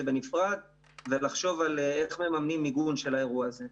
בנפרד ולחשוב איך מממנים מיגון של האירוע הזה.